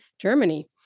Germany